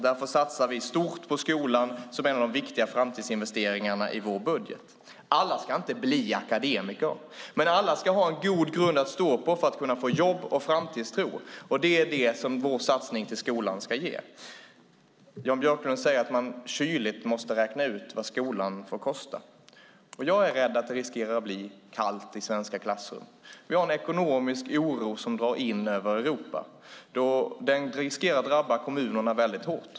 Därför satsar vi stort på skolan som en av de viktiga framtidsinvesteringarna i vår budget. Alla ska inte bli akademiker, men alla ska ha en god grund att stå på för att kunna få jobb och framtidstro. Det är det vår satsning på skolan ska ge. Jan Björklund säger att man kyligt måste räkna ut vad skolan får kosta. Jag är rädd att det riskerar att bli kallt i svenska klassrum. Vi har en ekonomisk oro som drar in över Europa. Den riskerar att drabba kommunerna väldigt hårt.